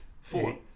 four